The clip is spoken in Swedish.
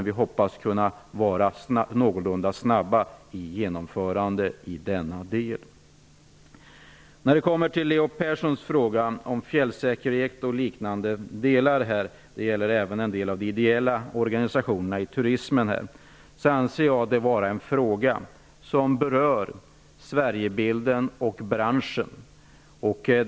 Vi hoppas att kunna vara någorlunda snabba i genomförandet i denna del. Sedan till Leo Perssons fråga om fjällsäkerhet och liknande samt de ideella organisationerna inom turismen. Jag anser detta vara en fråga som berör Sverigebilden och branschen.